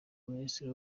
minisitiri